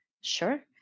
Sure